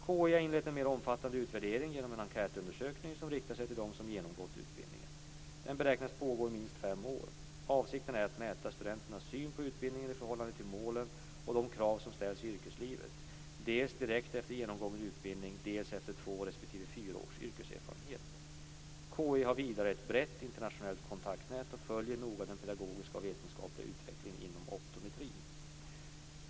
KI har inlett en mer omfattande utvärdering genom en enkätundersökning som riktar sig till dem som genomgått utbildningen. Den beräknas pågå i minst fem år. Avsikten är att mäta studenternas syn på utbildningen i förhållande till målen och de krav som ställs i yrkeslivet dels direkt efter genomgången utbildning, dels efter två respektive fyra års yrkeserfarenhet. KI har vidare ett brett internationellt kontaktnät och följer noga den pedagogiska och vetenskapliga utvecklingen inom optometri.